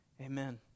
Amen